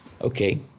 Okay